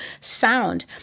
sound